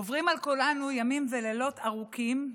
עוברים על כולנו ימים ולילות ארוכים.